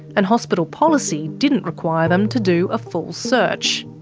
and hospital policy didn't require them to do a full search.